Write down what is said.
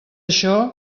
això